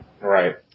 Right